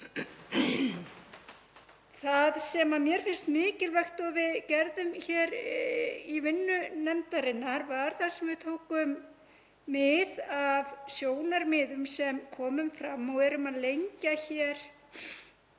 Það sem mér finnst mikilvægt og við gerðum hér í vinnu nefndarinnar var þar sem við tókum mið af sjónarmiðum sem komu fram og erum að lengja hér